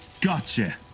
Gotcha